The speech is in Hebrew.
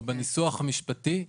או בניסוח המשפטי,